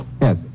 Yes